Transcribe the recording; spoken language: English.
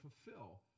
fulfill